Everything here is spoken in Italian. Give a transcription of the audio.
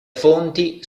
fonti